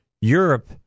Europe